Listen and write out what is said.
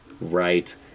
Right